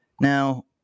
Now